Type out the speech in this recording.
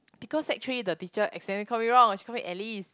because actually the teacher accidentally call me wrong she call me Alice